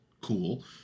cool